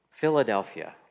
Philadelphia